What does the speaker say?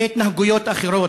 והתנהגויות אחרות,